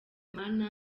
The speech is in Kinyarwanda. mana